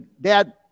Dad